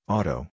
Auto